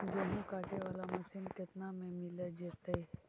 गेहूं काटे बाला मशीन केतना में मिल जइतै?